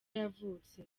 yavutse